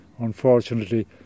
Unfortunately